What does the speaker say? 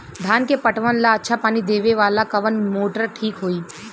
धान के पटवन ला अच्छा पानी देवे वाला कवन मोटर ठीक होई?